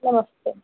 नमस्ते